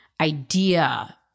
idea